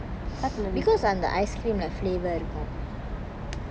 because ah the ice cream the flavour இருக்கும்:irukkum